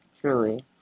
truly